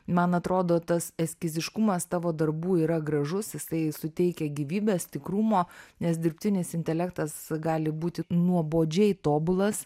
man atrodo tas eskiziškumas tavo darbų yra gražus jisai suteikia gyvybės tikrumo nes dirbtinis intelektas gali būti nuobodžiai tobulas